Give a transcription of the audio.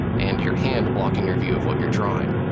and your hand blocking your view of what you're drawing.